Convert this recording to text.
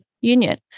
union